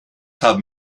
haben